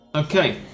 Okay